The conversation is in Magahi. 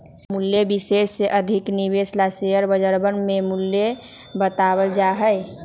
विशेष रूप से अधिक निवेश ला शेयर बजरवन में मूल्य बतावल जा हई